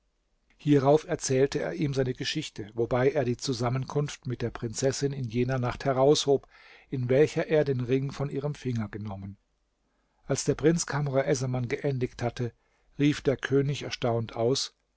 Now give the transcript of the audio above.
hierauf erzählte er ihm seine geschichte wobei er die zusammenkunft mit der prinzessin in jener nacht heraushob in welcher er den ring von ihrem finger genommen als der prinz kamr essaman geendigt hatte rief der könig erstaunt aus